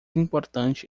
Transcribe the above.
importante